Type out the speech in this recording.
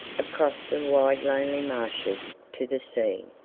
across the wide lonely marshes to the sea.